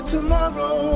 Tomorrow